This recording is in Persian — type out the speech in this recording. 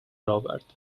آورد